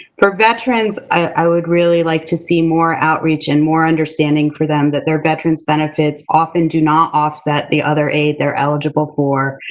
for veterans, i would really like to see more outreach and more understanding for them that their veterans benefits often do not offset the other aid they're eligible for,